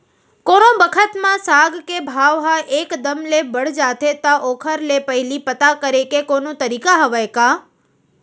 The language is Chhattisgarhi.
कोनो बखत म साग के भाव ह एक दम ले बढ़ जाथे त ओखर ले पहिली पता करे के कोनो तरीका हवय का?